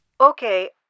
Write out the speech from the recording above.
Okay